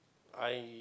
I